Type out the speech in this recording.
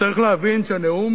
צריך להבין שהנאום,